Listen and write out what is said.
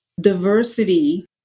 diversity